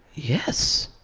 yes.